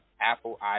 Apple